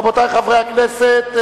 רבותי חברי הכנסת,